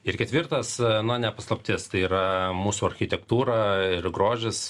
ir ketvirtas nu ne paslaptis tai yra mūsų architektūra ir grožis